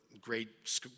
great